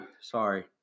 Sorry